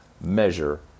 measure